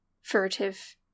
Furtive